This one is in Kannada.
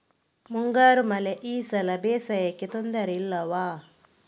ಮುಂಗಾರು ಮಳೆ ಈ ಸಲ ಬೇಸಾಯಕ್ಕೆ ತೊಂದರೆ ಇಲ್ವ?